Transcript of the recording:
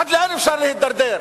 עד לאן אפשר להידרדר?